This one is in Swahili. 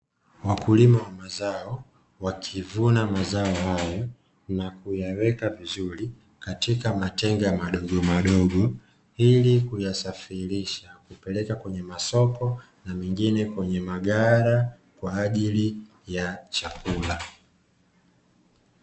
Wakulima wa zao wakivuna mazao hayo, na kuyaweka vizuri katika matenga madogomadogo, ili kuyasafirisha kupeleka kwenye masoko, na mengine kwenye maghala, kwa ajili ya chakula.